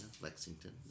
Lexington